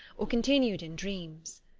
or continued in, dreams.